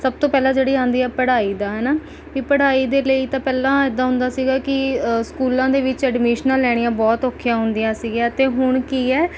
ਸਭ ਤੋਂ ਪਹਿਲਾਂ ਜਿਹੜੀ ਆਉਂਦੀ ਹੈ ਪੜ੍ਹਾਈ ਦਾ ਹੈ ਨਾਂ ਵੀ ਪੜ੍ਹਾਈ ਦੇ ਲਈ ਤਾਂ ਪਹਿਲਾਂ ਇੱਦਾਂ ਹੁੰਦਾ ਸੀਗਾ ਕਿ ਸਕੂਲਾਂ ਦੇ ਵਿੱਚ ਐਡੀਮੀਸ਼ਨਾਂ ਲੈਣੀਆਂ ਬਹੁਤ ਔਖੀਆਂ ਹੁੰਦੀਆਂ ਸੀਗੀਆਂ ਅਤੇ ਹੁਣ ਕੀ ਹੈ